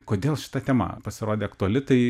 kodėl šita tema pasirodė aktuali tai